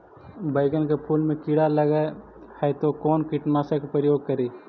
बैगन के फुल मे कीड़ा लगल है तो कौन कीटनाशक के प्रयोग करि?